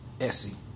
Essie